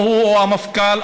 הוא או המפכ"ל.